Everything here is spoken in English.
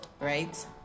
right